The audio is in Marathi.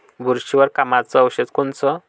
बुरशीवर कामाचं औषध कोनचं?